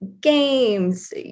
games